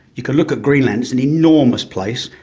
you can look at greenland, it's an enormous place,